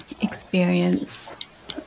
experience